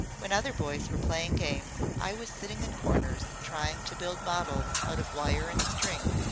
when other boys were playing games i was sitting in corners trying to build models out of wire and string,